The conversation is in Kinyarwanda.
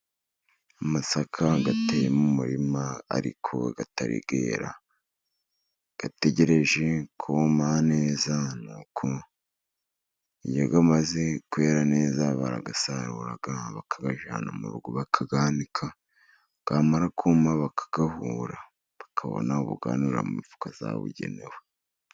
Amasaka ateye mu murima ariko atari yera，ategereje kuma neza，kuko iyo amaze kwera neza，barayasarura， bakayajyana mu rugo，bakayanika，yamara kuma bakayahura，bakabona ubuyanurira mu mifuka yabugenewe.